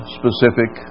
specific